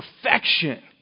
perfection